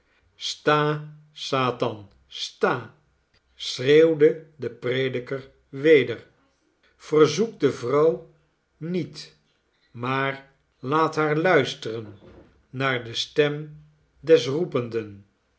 sta satan sta schreeuwde de prediker weder verzoek de vrouw met maar laat haar luisteren naar de stem des roependen